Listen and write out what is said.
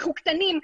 אנחנו קטנים,